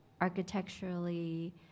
architecturally